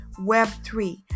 Web3